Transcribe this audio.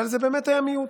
אבל זה באמת היה מיעוט,